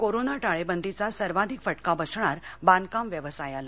corona टाळेबंदीचा सर्वाधिक फटका बसणार बांधकाम व्यवसायाला